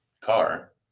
car